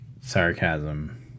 sarcasm